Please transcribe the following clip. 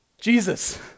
Jesus